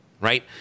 right